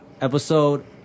episode